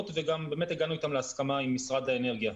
והגענו להסכמה עם משרד האנרגיה.